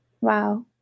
Wow